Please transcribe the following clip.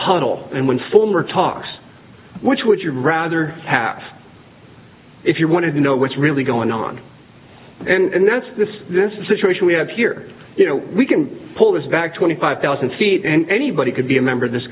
huddle and when former talks which would you rather have if you wanted to know what's really going on and that's this this situation we have here you know we can pull this back twenty five thousand feet and anybody could be a member of this